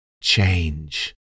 change